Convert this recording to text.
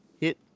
hit